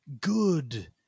Good